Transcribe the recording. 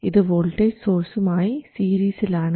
ഇത് വോൾട്ടേജ് സോഴ്സും ആയി സീരീസിൽ ആണ്